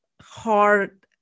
hard